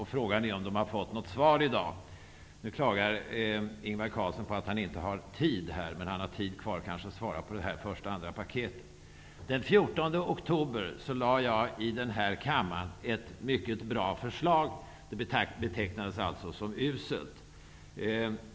Frågan är om de har fått något svar i dag. Ingvar Carlsson klagar på att han inte har tid, men han kanske har tid att svara när det gäller det första och det andra paketet. Den 14 oktober lade jag fram ett mycket bra förslag i den här kammaren. Det betecknades som uselt.